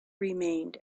remained